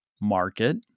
market